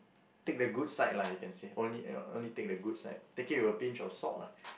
take the good side lah you can say only only take the good side take it with a pinch of salt lah